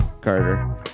Carter